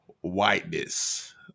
whiteness